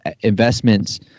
investments